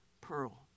pearl